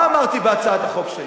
מה אמרתי בהצעת החוק שלי?